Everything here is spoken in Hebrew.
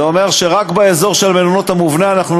זה אומר שרק באזור המבונה של המלונות אנחנו